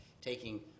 taking